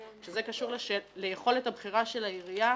שזה קשור ליכולת הבחירה של העירייה.